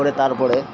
পরে তারপরে